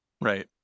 Right